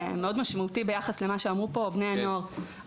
משמעותי ביחס למה שאמרו פה בני הנוער.